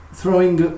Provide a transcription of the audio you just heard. throwing